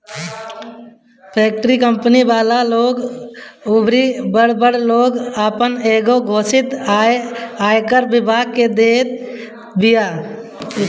company, factory वाला लोग अउरी बड़ बड़ लोग आपन एगो घोषित आय आयकर विभाग के देत बिया